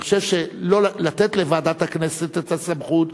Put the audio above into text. אני חושב שלתת לוועדת הכנסת את הסמכות,